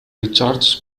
richards